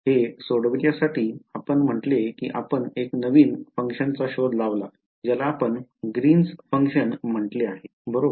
हे सोडवण्यासाठी आपण म्हटले की आपण एक नवीन फंक्शनचा शोध लावला ज्याला आपण ग्रीन फंक्शन म्हटले बरोबर